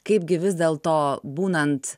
kaipgi vis dėl to būnant